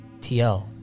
TL